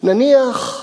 נניח,